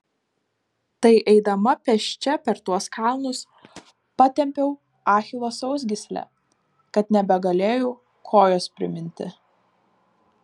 tai eidama pėsčia per tuos kalnus patempiau achilo sausgyslę kad nebegalėjau kojos priminti